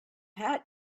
hat